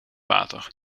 water